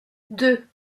deux